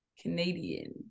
Canadian